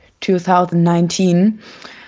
2019